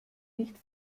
nicht